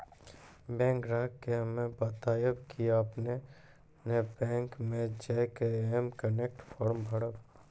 bank ग्राहक के हम्मे बतायब की आपने ने बैंक मे जय के एम कनेक्ट फॉर्म भरबऽ